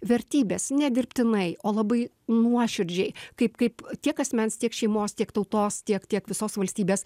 vertybės ne dirbtinai o labai nuoširdžiai kaip kaip tiek asmens tiek šeimos tiek tautos tiek tiek visos valstybės